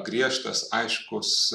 griežtas aiškus